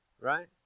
Right